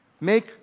Make